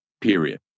period